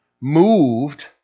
moved